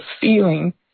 feeling